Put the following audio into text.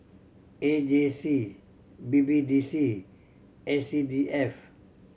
A J C B B D C and C D F